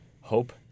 hope